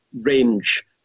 range